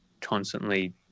constantly